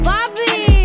Bobby